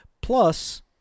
Plus